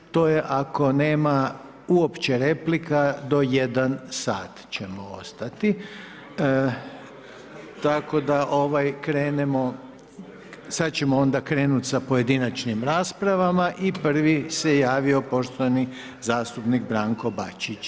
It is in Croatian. To je ako nema uopće replika do 1 sat ćemo ostati, tako da krenemo, sada ćemo krenuti sa pojedinačnim raspravama i prvi se javio poštovani zastupnik Branko Bačić.